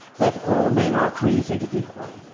that all men are created equal,